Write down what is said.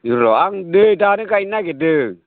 बिदिल' आं नै दानो गायनो नागिरदों